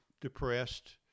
depressed